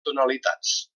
tonalitats